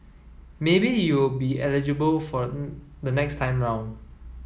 maybe you will be eligible for the next time round